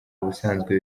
ubusanzwe